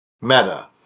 meta